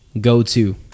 go-to